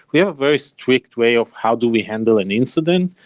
we have a very strict way of how do we handle an incident.